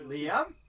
Liam